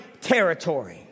territory